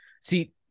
See